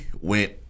went